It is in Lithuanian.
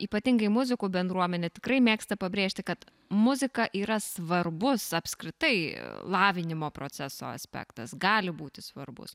ypatingai muzikų bendruomenė tikrai mėgsta pabrėžti kad muzika yra svarbus apskritai lavinimo proceso aspektas gali būti svarbus